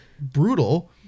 brutal